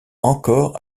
encore